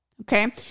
okay